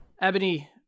Ebony